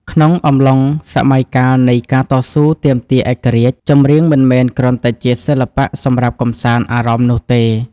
ក្នុងអំឡុងសម័យកាលនៃការតស៊ូទាមទារឯករាជ្យ ចម្រៀងមិនមែនគ្រាន់តែជាសិល្បៈសម្រាប់កម្សាន្តអារម្មណ៍នោះទេ។